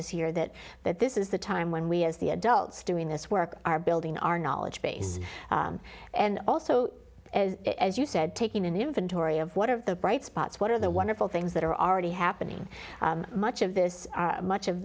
this year that that this is the time when we as the adults doing this work are building our knowledge base and also as you said taking an inventory of what of the bright spots what are the wonderful things that are already happening much of this much of